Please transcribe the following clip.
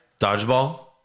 Dodgeball